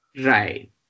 Right